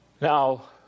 Now